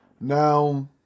now